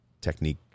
technique